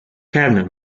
cabinet